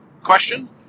Question